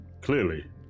clearly